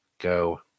Go